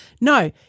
No